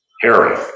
Harry